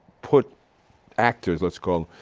put actors, let's call